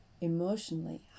Emotionally